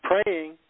praying